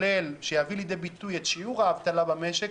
שזה המנגנון שיביא לידי ביטוי את שיעור האבטלה במשק,